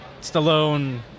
Stallone